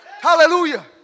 Hallelujah